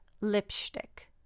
Lipstick